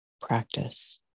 practice